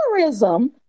Colorism